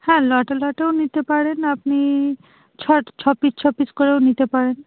হ্যাঁ লটে লটেও নিতে পারেন আপনি ছয় ছ পিস ছ পিস করেও নিতে পারেন